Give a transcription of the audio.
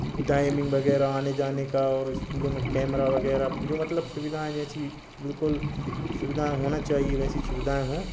timing वग़ैरह आने जाने का और स्कूलों में कैमरा वग़ैरह जो मतलब सुविधाएं जैसी बिल्कुल सुविधाएं होना चाहिए वैसी सुविधाएं हों